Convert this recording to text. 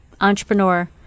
entrepreneur